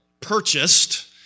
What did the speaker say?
purchased